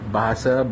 Bahasa